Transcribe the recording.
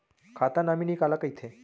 खाता नॉमिनी काला कइथे?